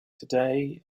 today